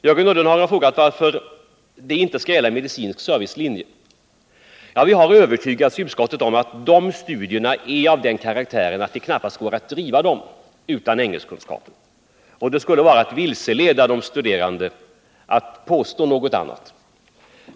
Jörgen Ullenhag frågade varför detta inte skulle gälla också för medicinsk servicelinje. Vi har i utskottet övertygats om att de studierna är av den karaktären att det knappast går att bedriva dem utan kunskap i engelska, och det skulle vara att vilseleda de studerande att påstå något annat.